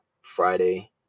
Friday